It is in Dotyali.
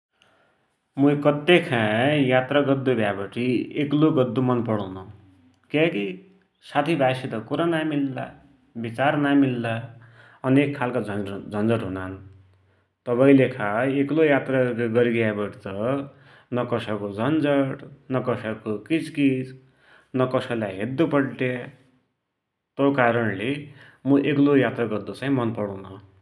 मुइ कत्तेखाई यात्रा गद्दु भ्यावटी एक्लोइ गद्दु मन पडुनौ, क्याकी साथीभाइसित कुरा नाइ मिल्ला, विचार नाइ मिल्ला, अनेक खालका झन्जट हुनान् । तवैकिलेखा एकलोइ यात्रा गरिग्या वटीत त कसैको झन्जट, न कसैको किचकिच, न कसैलाई हेद्दुपड्या तो कारणले मुई एकलोइ यात्रा गद्दु चाही मन पडुनौ ।